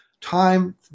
time